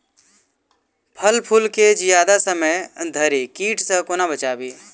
फल फुल केँ जियादा समय धरि कीट सऽ कोना बचाबी?